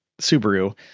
Subaru